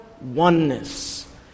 oneness